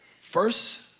First